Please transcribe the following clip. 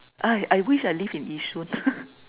I I wish I live in Yishun